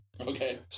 Okay